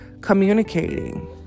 Communicating